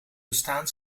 bestaan